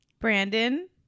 Brandon